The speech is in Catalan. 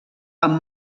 amb